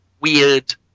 weird